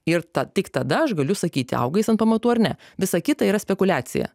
ir ta tik tada aš galiu sakyti auga jis ant pamatų ar ne visa kita yra spekuliacija